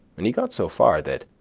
and he got so far that,